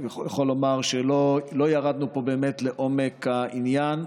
אני יכול לומר שלא ירדנו פה באמת לעומק העניין.